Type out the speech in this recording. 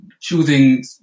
choosing